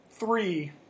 Three